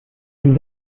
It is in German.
dem